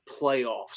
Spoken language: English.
playoffs